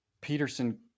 Peterson